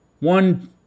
One